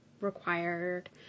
required